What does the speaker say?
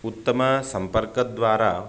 उत्तम सम्पर्क द्वारा